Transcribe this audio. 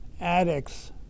addicts